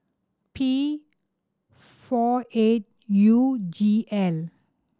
P four eight U G L